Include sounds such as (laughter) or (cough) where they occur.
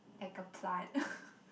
like a plant (laughs)